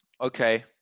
Okay